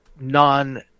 non